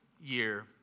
year